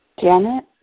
Janet